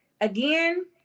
again